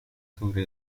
sobre